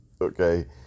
Okay